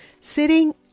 Sitting